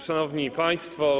Szanowni Państwo!